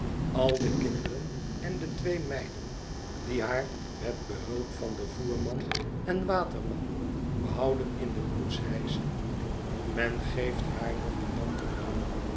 al de kinderen en de twee meiden die haar met behulp van den voerman en waterman behouden in de koets hijschen men geeft haar nog een mantel aan